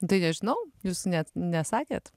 tai nežinau jūs net nesakėt